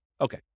Okay